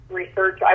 research